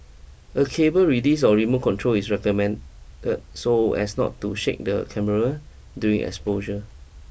a cable release or remote control is recommended so as not to shake the camera during exposure